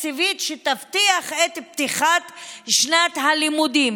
תקציבית שתבטיח את פתיחת שנת הלימודים.